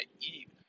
eat